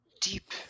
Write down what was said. deep